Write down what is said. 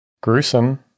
Gruesome